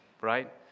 right